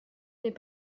n’est